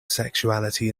sexuality